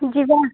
ଯିବା